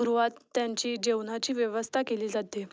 गृहात त्यांची जेवणाची व्यवस्था केली जाते